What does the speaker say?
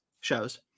shows